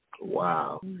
Wow